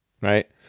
right